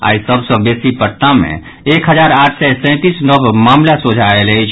आई सभ सँ बेसी पटना मे एक हजार आठ सय सैंतीस नव मामिला सोझा आयल अछि